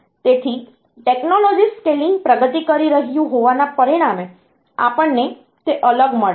તેથી technology scaling પ્રગતિ કરી રહ્યું હોવાના પરિણામે આપણને તે અલગ મળે છે